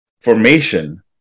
formation